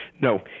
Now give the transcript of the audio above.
no